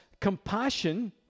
compassion